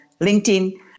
LinkedIn